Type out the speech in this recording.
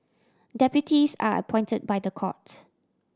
deputies are appointed by the court